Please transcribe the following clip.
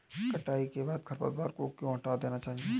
कटाई के बाद खरपतवार को क्यो हटा देना चाहिए?